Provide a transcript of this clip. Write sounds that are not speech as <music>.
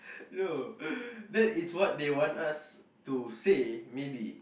<breath> no <breath> that is what they want us to say maybe